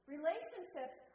Relationships